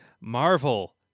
Marvel